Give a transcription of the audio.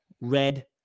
red